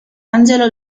angelo